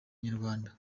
inyarwanda